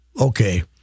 okay